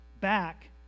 back